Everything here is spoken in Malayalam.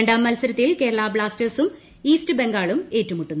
രണ്ടാം മത്സരത്തിൽ കേരള ബ്നാസ്റ്റേഴ്സും ഈസ്റ്റ് ബംഗാളും ഏറ്റുമുട്ടും